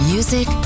Music